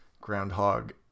groundhog